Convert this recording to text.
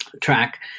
track